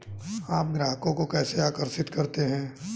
आप ग्राहकों को कैसे आकर्षित करते हैं?